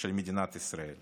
של מדינת ישראל,